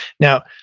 now,